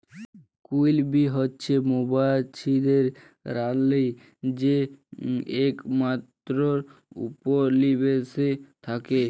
queen bee হছে মোমাছিদের রালী যে একমাত্তর উপলিবেশে থ্যাকে